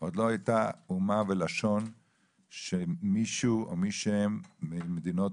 עוד לא הייתה אומה ולשון שמישהו או מישהם ממדינות